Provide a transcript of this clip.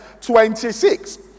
26